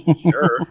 sure